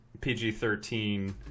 PG-13